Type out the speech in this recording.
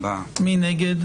התשפ"ב 2021, הצעת חוק ממשלתית,